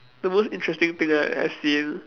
the most interesting thing that I've seen